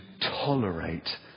tolerate